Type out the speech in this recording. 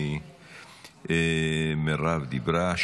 מרב דיברה.